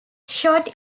shot